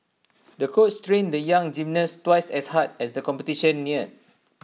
the coach trained the young gymnast twice as hard as the competition neared